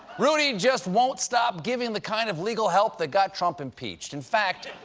giuliani just won't stop giving the kind of legal help that got trump impeached. in fact,